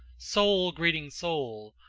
soul greeting soul,